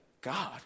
God